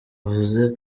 buze